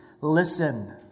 listen